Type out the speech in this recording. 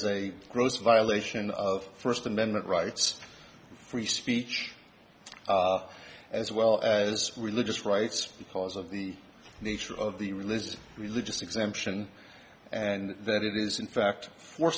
a gross violation of first amendment rights free speech as well as religious rights because of the nature of the religious religious exemption and that it is in fact for